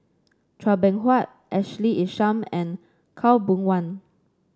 Chua Beng Huat Ashley Isham and Khaw Boon Wan